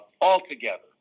altogether